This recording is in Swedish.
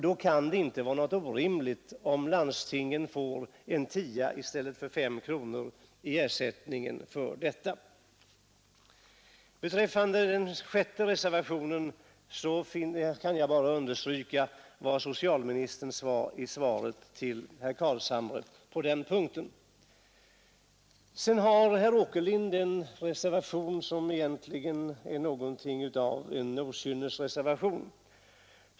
Det kan därför inte vara orimligt om landstingen får en tia i stället för 5 kronor per dag i ersättning för detta. Beträffande reservationen 6 kan jag bara understryka vad socialministern sade i sitt svar till herr Carlshamre på denna punkt. Herr Åkerlind står vidare för något som kan betecknas som en okynnesreservation. Reservation nr 7.